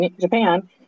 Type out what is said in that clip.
Japan